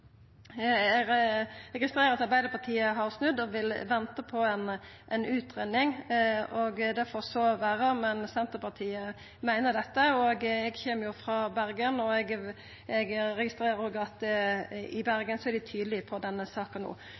registrerer at Arbeidarpartiet har snudd og vil venta på ei utgreiing. Det får så vera, men Senterpartiet meiner dette. Eg kjem frå Bergen, og eg registrerer jo at i Bergen er dei tydelege i denne saka no.